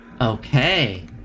Okay